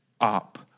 up